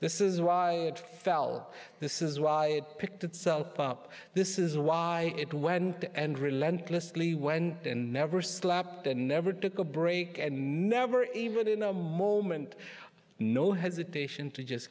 this is why i fell this is why i picked itself up this is why it went and relentlessly went in never slapped a never took a break and never even in a moment no hesitation to just